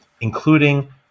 including